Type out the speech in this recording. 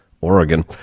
Oregon